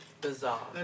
Bizarre